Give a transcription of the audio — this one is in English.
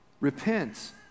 Repent